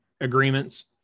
agreements